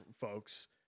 folks